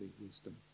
wisdom